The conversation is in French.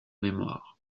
mémoire